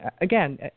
again